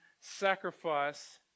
sacrifice